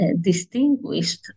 distinguished